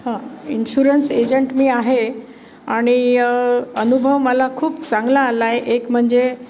हां insurance agent मी आहे आणि अनुभव मला खूप चांगला आला आहे एक म्हणजे